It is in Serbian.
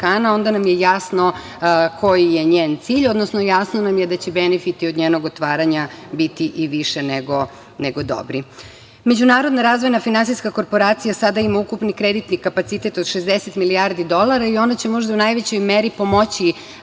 onda nam je jasno koji je njen cilj, odnosno jasno nam je da će benefiti od njenog otvaranja biti i više nego dobri.Međunarodna razvoja finansijska korporacija sada ima ukupni kreditni kapacitet od 60 milijardi dolara i ona će možda u najvećoj meri pomoći